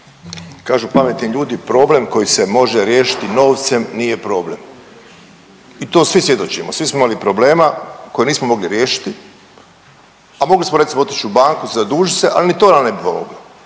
Kažu pametni ljudi problem koji se može riješiti novcem nije problem i to svi svjedočimo, svi smo imali problema koje nismo mogli riješiti, a mogli smo recimo otić u banku zadužit se, al ni to nam ne bi